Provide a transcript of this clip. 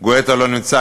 גואטה לא נמצא.